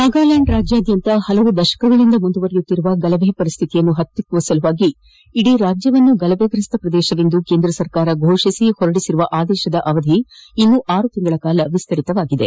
ನಾಗಾಲ್ಡಾಂಡ್ ರಾಜ್ಯಾದ್ಯಂತ ಹಲವು ದಶಕಗಳಿಂದ ಮುಂದುವರೆದಿರುವ ಗಲಭೆ ಪರಿಸ್ಥಿತಿಯನ್ನು ಪತ್ತಿಕ್ಕಲು ಇಡೀ ರಾಜ್ಞವನ್ನು ಗಲಭೆಗ್ರಸ್ತ ಶ್ರದೇಶವೆಂದು ಕೇಂದ್ರ ಸರ್ಕಾರ ಘೋಷಿಸಿ ಹೊರಡಿಸಿರುವ ಆದೇಶದ ಅವಧಿಯನ್ನು ಇನ್ನೂ ಆರು ತಿಂಗಳ ಕಾಲ ವಿಸ್ತರಿಸಲಾಗಿದೆ